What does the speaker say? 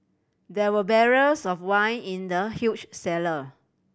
there were barrels of wine in the huge cellar